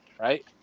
right